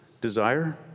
desire